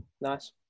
Nice